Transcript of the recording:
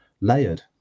layered